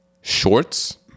shorts